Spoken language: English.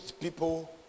people